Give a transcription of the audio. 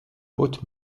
haute